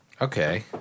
Okay